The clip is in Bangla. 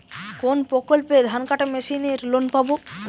কোন প্রকল্পে ধানকাটা মেশিনের লোন পাব?